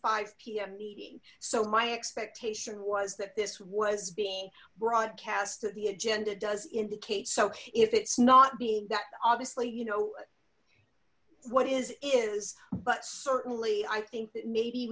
the p m meeting so my expectation was that this was being broadcast of the agenda does indicate so if it's not being that obviously you know what is is but certainly i think that maybe